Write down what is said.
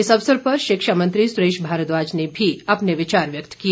इस अवसर पर शिक्षा मंत्री सुरेश भारद्वाज ने भी अपने विचार व्यक्त किए